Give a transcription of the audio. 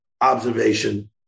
observation